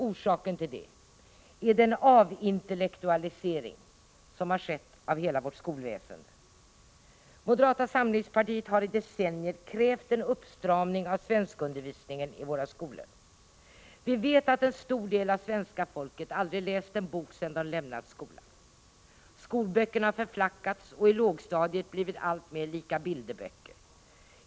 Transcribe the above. Orsaken till det är den avintellektualisering som har skett av hela vårt skolväsende. Moderata samlingspartiet har i decennier krävt en uppstramning av svenskundervisningen i våra skolor. Vi vet att en stor del av svenska folket aldrig har läst en bok sedan de lämnat skolan. Skolböckerna har förflackats och i lågstadiet blivit alltmer lika bilderböcker.